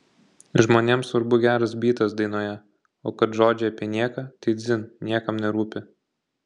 žmonėm svarbu geras bytas dainoje o kad žodžiai apie nieką tai dzin niekam nerūpi